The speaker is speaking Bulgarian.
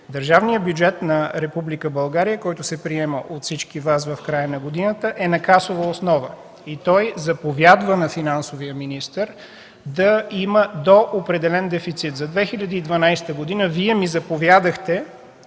Държавният бюджет на Република България, който се приема от всички Вас в края на годината, е на касова основа. Той заповядва на финансовия министър да има до определен дефицит. За 2012 г. ми заповядахте